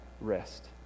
rest